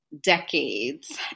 decades